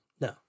No